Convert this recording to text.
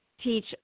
Teach